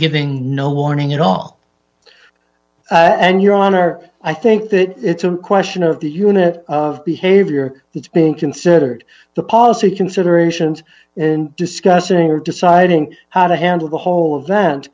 giving no warning at all and your honor i think that it's a question of the unit of behavior that being considered the policy considerations in discussing or deciding how to handle the whole event